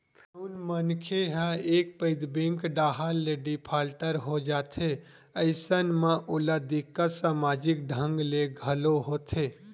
जउन मनखे ह एक पइत बेंक डाहर ले डिफाल्टर हो जाथे अइसन म ओला दिक्कत समाजिक ढंग ले घलो होथे